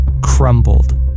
crumbled